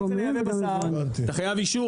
אם אתה רוצה לייבא בשר אתה חייב אישור,